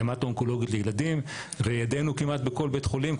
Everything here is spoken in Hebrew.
עמדת אונקולוגית לילדים וידנו כמעט בכל בית חולים,